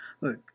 Look